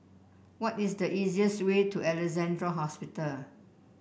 what is the easiest way to Alexandra Hospital